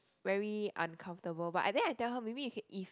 very uncomfortable but I then I tell her maybe you can if